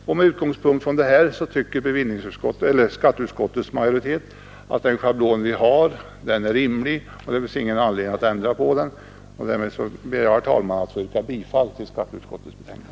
Med denna utgångspunkt tycker skatteutskottets majoritet att den nuvarande schablonen är rimlig och att det inte finns någon anledning att ändra den. Jag ber därför, herr talman, att få yrka bifall till skatteutskottets betänkande.